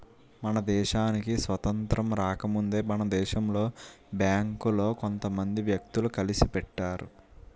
మన దేశానికి స్వాతంత్రం రాకముందే మన దేశంలో బేంకులు కొంత మంది వ్యక్తులు కలిసి పెట్టారు